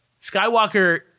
Skywalker